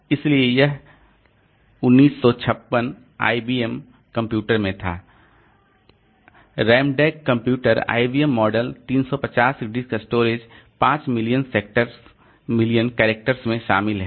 इसलिए यह 1956 IBM computer में था RAMDAC computer IBM model 350 disk storage 5 million characters में शामिल है